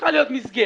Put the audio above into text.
שצריכה להיות מסגרת,